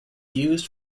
used